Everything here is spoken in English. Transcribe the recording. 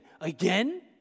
again